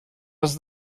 was